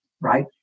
Right